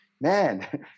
man